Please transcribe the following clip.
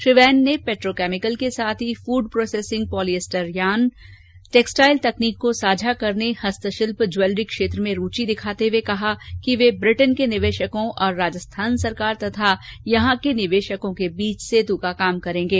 श्री वैन ने पेट्रोकेमिकल के साथ ही food processing polyester yarn textile तकनीक को साझा करने हस्तशिल्प ज्यैलरी क्षेत्र में रुचि दिखाते हुए कहा कि वे ब्रिटेन के निवेशकों और राजस्थान सरकार तथा यहां के निवेशकों के बीच सेतु का कार्य करेंगे